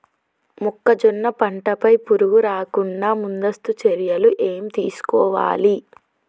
మొక్కజొన్న పంట పై పురుగు రాకుండా ముందస్తు చర్యలు ఏం తీసుకోవాలి?